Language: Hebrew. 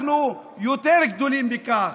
אנחנו יותר גדולים מכך,